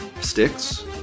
sticks